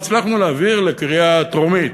הצלחנו להעביר לקריאה טרומית,